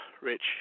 Rich